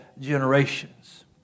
generations